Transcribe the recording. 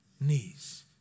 knees